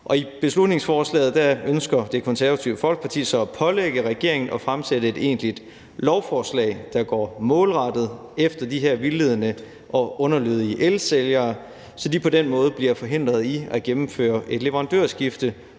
i beslutningsforslaget ønsker Det Konservative Folkeparti så at pålægge regeringen at fremsætte et egentligt lovforslag, der går målrettet efter de her vildledende og underlødige elsælgere, så de på den måde bliver forhindret i at gennemføre et leverandørskifte